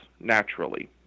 naturally